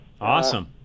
awesome